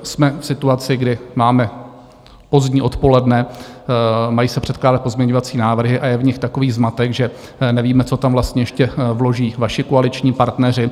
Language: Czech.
Jsme v situaci, kdy máme pozdní odpoledne, mají se předkládat pozměňovací návrhy a je v nich takový zmatek, že nevíme, co tam vlastně ještě vloží vaši koaliční partneři.